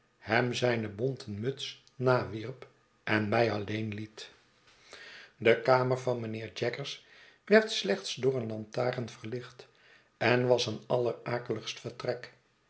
hem zijne bonten muts nawierp en mij alleen liet de kamer van mijnheer jaggers werd slechts door een lantarenraam verlicht en was een allerakeligst vertrek